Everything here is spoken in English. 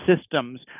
systems